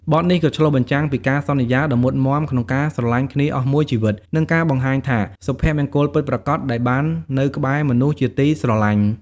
បទនេះក៏ឆ្លុះបញ្ចាំងពីការសន្យាដ៏មុតមាំក្នុងការស្រឡាញ់គ្នាអស់មួយជីវិត និងការបង្ហាញថា សុភមង្គលពិតប្រាកដដែលបាននៅក្បែរមនុស្សជាទីស្រឡាញ់។